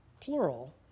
plural